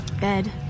bed